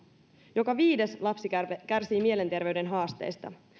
joka viides lapsi kärsii mielenterveyden haasteista